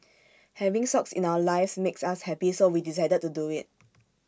having socks in our lives makes us happy so we decided to do IT